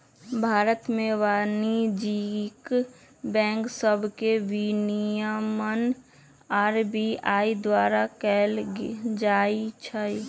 भारत में वाणिज्यिक बैंक सभके विनियमन आर.बी.आई द्वारा कएल जाइ छइ